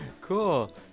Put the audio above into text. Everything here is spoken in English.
Cool